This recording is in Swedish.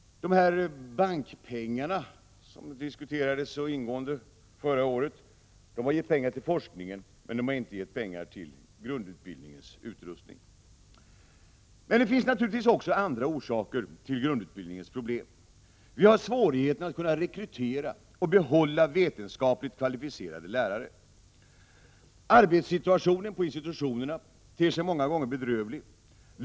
De bankpengar som diskuterades ingående förra året har gett medel till forskningen, men de har inte gett medel till grundutbildningens utrustning. Det finns naturligtvis också andra orsaker till grundutbildningens problem. Vi har svårigheter med att rekrytera och behålla vetenskapligt kvalificerade lärare. Arbetssituationen på institutionerna ter sig många gånger bedrövlig.